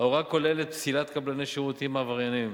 ההוראה כוללת פסילת קבלני שירותים עבריינים,